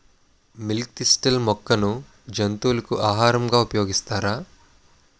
Milk thistle మొక్కను జంతువులకు ఆహారంగా ఉపయోగిస్తారా?